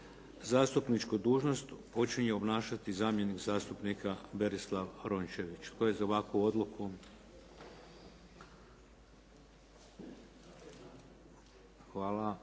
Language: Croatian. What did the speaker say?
zastupničku dužnost počinje obnašati zamjenik zastupnika Berislav Rončević. Tko je za ovakvu odluku? Hvala.